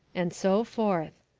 and so forth.